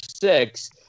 Six